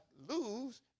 lose